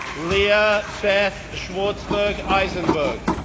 leah beth schwartzberg eisenberg,